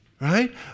Right